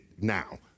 now